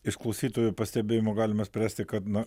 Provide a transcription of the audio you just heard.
iš klausytojo pastebėjimo galime spręsti kad na